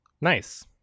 nice